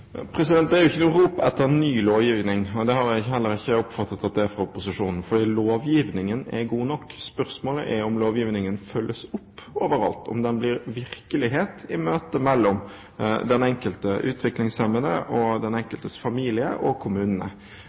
er jo ikke rop etter ny lovgivning. Det har jeg heller ikke oppfattet at det er fra opposisjonen, for lovgivningen er god nok. Spørsmålet er om lovgivningen følges opp over alt, om den blir til virkelighet i møtet mellom den enkelte utviklingshemmede og den enkeltes familie og kommunene.